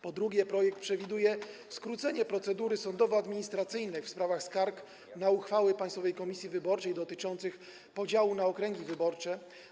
Po drugie, projekt przewiduje skrócenie procedury sądowo-administracyjnej w sprawach skarg na uchwały Państwowej Komisji Wyborczej dotyczących podziału na okręgi wyborcze.